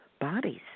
bodies